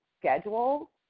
schedule